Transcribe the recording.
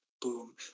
boom